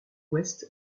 ouest